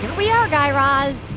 we are, guy raz.